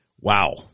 Wow